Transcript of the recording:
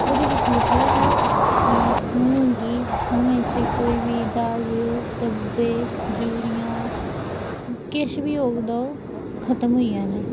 उ'दे बिच लिखे दा हा कि मुहां च कोई बी दाग दब्बे झुरियां किश बी होग तां ओह् खत्म होई आने